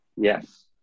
Yes